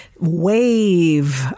wave